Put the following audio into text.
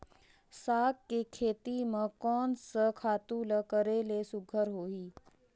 साग के खेती म कोन स खातु ल करेले सुघ्घर होही?